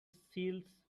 sills